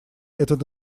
этот